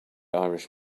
irish